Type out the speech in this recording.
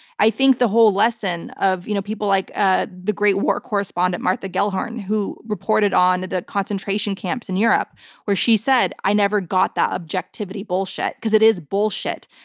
i think the whole lesson of you know people like ah the great war correspondent, martha gellhorn, who reported on the concentration camps in europe where she said, i never got that objectivity bullshit. because it is bullshit.